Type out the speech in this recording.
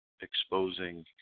exposing